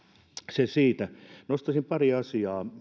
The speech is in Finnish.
se siitä nostaisin pari asiaa